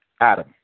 Adam